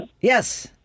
Yes